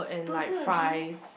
burger again